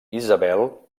isabel